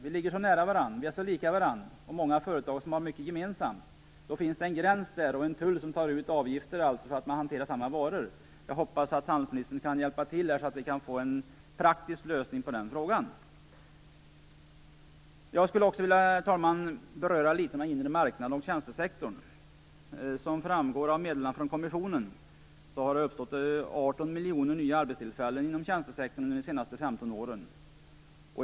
Vi ligger så nära varandra, vi är så lika varandra och många företag har mycket gemensamt, men det finns en gräns emellan och en tull som tar en avgift för att hantera samma varor. Jag hoppas att handelsministern kan hjälpa till så att vi kan få en praktisk lösning på frågan. Jag skulle också vilja något beröra den inre marknaden och tjänstesektorn. Som framgår av meddelandet från kommissionen har det uppstått 18 miljoner nya arbetstillfällen inom tjänstesektorn under de senaste 15 åren.